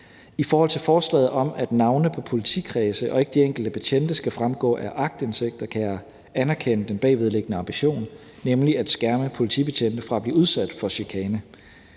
I forhold til forslaget om at navne på politikredse og ikke de enkelte betjente skal fremgå af aktindsigter, kan jeg anerkende den bagvedliggende ambition, nemlig at skærme politibetjente fra at blive udsat for chikane.